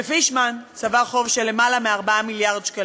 ופישמן צבר חוב של למעלה מ-4 מיליארד שקלים.